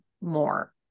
more